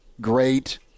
great